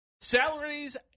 salaries